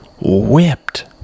whipped